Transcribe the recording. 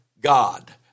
God